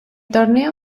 torneo